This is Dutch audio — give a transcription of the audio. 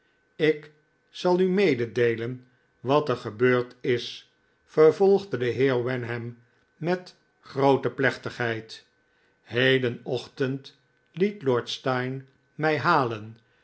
ik zal u mededeelen wat er gebeurd is vervolgde de heer wenham met groote plechtigheid hedenochtend liet lord steyne mij halen